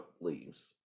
leaves